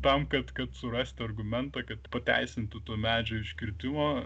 tam kad kad surasti argumentą kad pateisintų tų medžių iškirtimą